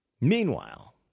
Meanwhile